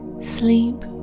sleep